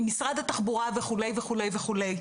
עם משרד התחבורה וכו', וכו', וכו'.